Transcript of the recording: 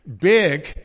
Big